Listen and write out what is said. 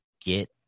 get